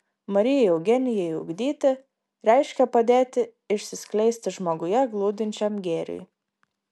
marijai eugenijai ugdyti reiškia padėti išsiskleisti žmoguje glūdinčiam gėriui